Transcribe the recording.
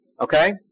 okay